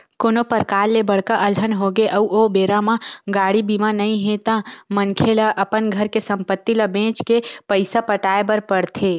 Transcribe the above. कोनो परकार ले बड़का अलहन होगे अउ ओ बेरा म गाड़ी बीमा नइ हे ता मनखे ल अपन घर के संपत्ति ल बेंच के पइसा पटाय बर पड़थे